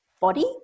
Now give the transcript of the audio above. body